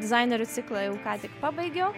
dizainerių ciklą jau ką tik pabaigiau